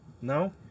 No